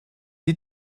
die